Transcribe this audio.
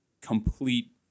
complete